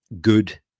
good